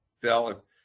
Phil